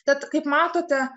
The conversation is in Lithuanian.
tad kaip matote